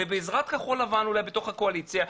ובעזרת כחול לבן אולי בתוך הקואליציה,